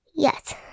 Yes